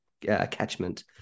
catchment